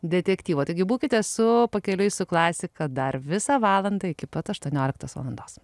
detektyvo taigi būkite su pakeliui su klasika dar visą valandą iki pat aštuonioliktos valandos